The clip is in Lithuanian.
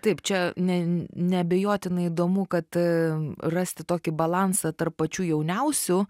taip čia ne neabejotinai įdomu kad rasti tokį balansą tarp pačių jauniausių